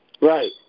Right